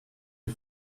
est